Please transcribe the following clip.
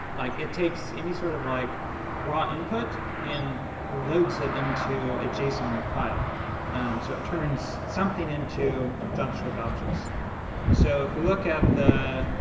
like it takes any sort of like raw input and loads it into a json file so it turns something into javascript objects so if we look at the,